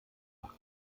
nach